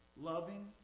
loving